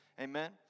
Amen